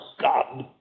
God